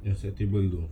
ah side table itu